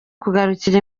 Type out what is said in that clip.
kugarukira